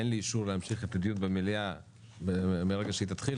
אין לי אישור להמשיך את הדיון מרגע שהיא תתחיל,